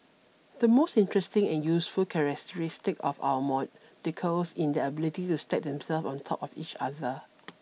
the most interesting and useful characteristic of our molecules in their ability to stack themselves on the top of each other